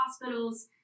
hospitals